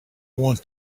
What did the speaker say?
want